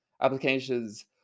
applications